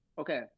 Okay